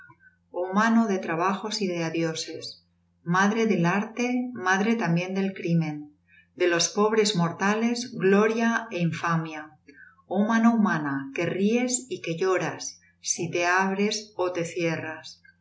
oh mano de trabajos y deadioses madre del arte madre también del crimen de los pobres mortales gloria é infamia oh mano humana que ríes y que lloras si te abres ó te cierras ya los